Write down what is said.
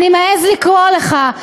אני מעז לקרוא לך,